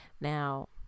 now